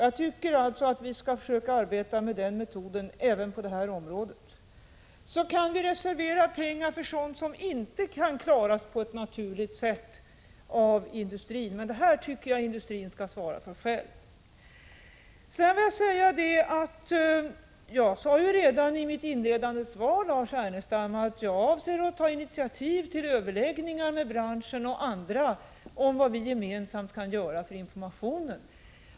Jag tycker att vi skall försöka arbeta enligt denna metod även på detta område, så att vi kan reservera pengar för sådant som inte kan klaras av på ett naturligt sätt av industrin. Men detta tycker jag att industrin själv skall svara för. Jag sade redan i mitt svar, Lars Ernestam, att jag avser att ta initiativ till överläggningar med branschen och andra om vad vi gemensamt kan göra för informationen.